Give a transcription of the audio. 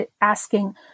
asking